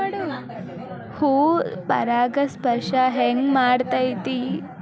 ಹೂ ಪರಾಗಸ್ಪರ್ಶ ಹೆಂಗ್ ಮಾಡ್ತೆತಿ?